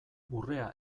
urrea